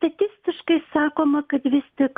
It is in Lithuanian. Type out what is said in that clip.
statistiškai sakoma kad vis tik